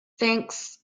thanks